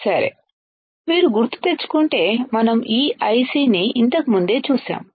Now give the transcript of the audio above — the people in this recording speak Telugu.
సరే మీరు గుర్తుతెచ్చుకుంటే మనం ఈ ఐసిని ఇంతకు ముందే చూశాము